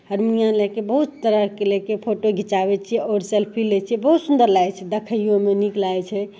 हरमुनिआँ लैके बहुत तरहके लैके फोटो घिचाबै छिए आओर सेल्फी लै छिए बहुत सुन्दर लागै छै देखैओमे नीक लागै छै